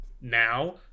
now